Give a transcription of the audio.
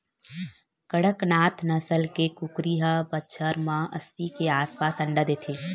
कड़कनाथ नसल के कुकरी ह बछर म अस्सी के आसपास अंडा देथे